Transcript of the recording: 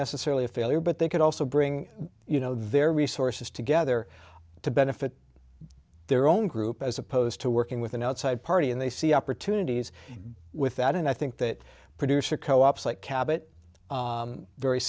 necessarily a failure but they could also bring you know their resources together to benefit their own group as opposed to working with an outside party and they see opportunities with that and i think that producer co op